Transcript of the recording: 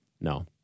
No